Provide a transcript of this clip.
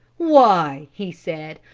why! he said,